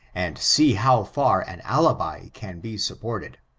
and see how far an alibi can be supported.